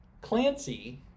Clancy